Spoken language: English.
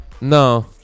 No